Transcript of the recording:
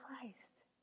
Christ